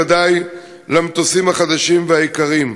ודאי למטוסים החדשים והיקרים.